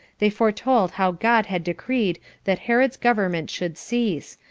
they foretold how god had decreed that herod's government should cease,